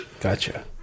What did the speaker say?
Gotcha